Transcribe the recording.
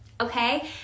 okay